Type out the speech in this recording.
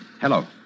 Hello